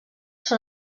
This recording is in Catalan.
són